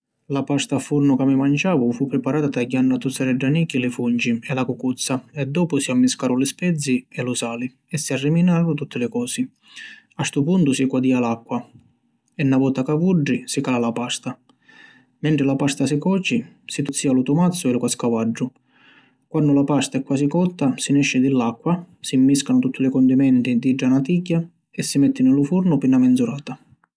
La pasta a furnu ca mi manciavu fu priparata tagghiannu a tuzzaredda nichi li funci e la cucuzza e doppu si mmiscaru li spezî e lu sali e si arriminaru tutti li cosi. A ‘stu puntu si quadia l’acqua e na vota ca vuddi, si cala la pasta. Mentri la pasta si coci, si tuzzia lu tumazzu e lu cascavaddu. Quannu la pasta e quasi cotta, si nesci di l’acqua, si mmiscanu tutti li condimenti dintra na tigghia e si metti ni lu furnu pi na menz’urata.